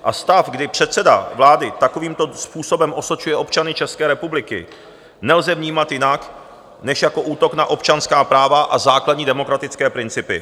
A stav, kdy předseda vlády takovýmto způsobem osočuje občany České republiky, nelze vnímat jinak než jako útok na občanská práva a základní demokratické principy.